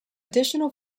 additional